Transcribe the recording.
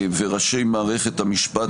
וראשי מערכת המשפט בנושאי הרפורמה.